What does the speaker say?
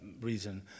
reason